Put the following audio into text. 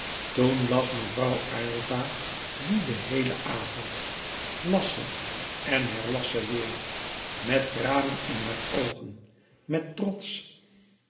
toen las mevrouw aylva dien den heelen avond las ze en herlas ze weêr met tranen in haar oogen met trots